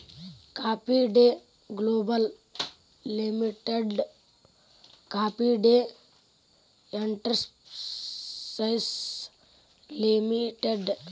coffee Day Global ಲಿಮಿಟೆಡ್ನ Coffee Day Enterprises limited